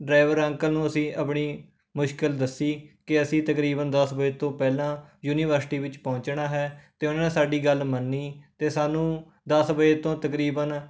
driver uncle ਨੂੰ ਅਸੀਂ ਆਪਣੀ ਮੁਸ਼ਕਿਲ ਦੱਸੀ ਕਿ ਅਸੀਂ ਤਕਰੀਬਨ ਦਸ ਵਜੇ ਤੋਂ ਪਹਿਲਾਂ ਯੂਨੀਵਰਸਿਟੀ ਵਿੱਚ ਪਹੁੰਚਣਾ ਹੈ ਅਤੇ ਉਨ੍ਹਾਂ ਨੇ ਸਾਡੀ ਗੱਲ ਮੰਨੀ ਅਤੇ ਸਾਨੂੰ ਦਸ ਵਜੇ ਤੋਂ ਤਕਰੀਬਨ